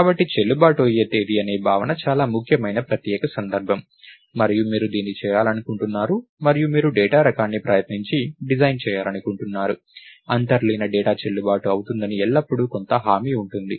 కాబట్టి చెల్లుబాటు అయ్యే తేదీ అనే భావన చాలా ముఖ్యమైన ప్రత్యేక సందర్భం మరియు మీరు దీన్ని చేయాలనుకుంటున్నారు మరియు మీరు డేటా రకాన్ని ప్రయత్నించి డిజైన్ చేయాలనుకుంటున్నారు అంతర్లీన డేటా చెల్లుబాటు అవుతుందని ఎల్లప్పుడూ కొంత హామీ ఉంటుంది